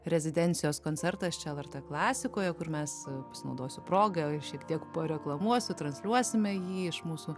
rezidencijos koncertas čia lrt klasikoje kur mes pasinaudosiu proga šiek tiek pareklamuosiu transliuosime jį iš mūsų